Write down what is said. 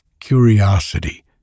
curiosity